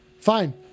fine